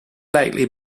likely